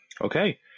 Okay